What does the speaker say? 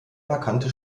markante